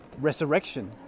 resurrection